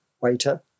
waiter